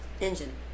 Engine